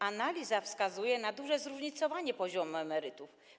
Analiza wskazuje na duże zróżnicowanie poziomu emerytur.